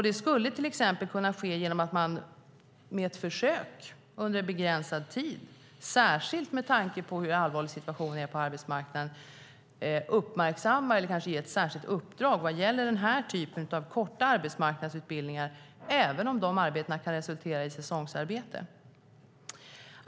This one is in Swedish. Det skulle till exempel kunna ske genom att man med ett försök under begränsad tid, särskilt med tanke på hur allvarlig situationen är på arbetsmarknaden, uppmärksamma eller kanske ge ett särskilt uppdrag vad gäller den här typen av korta arbetsmarknadsutbildningar, även om de resulterar i säsongsarbete.